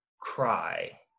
cry